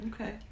Okay